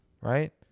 right